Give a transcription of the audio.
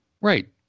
right